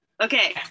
Okay